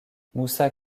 moussa